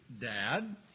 dad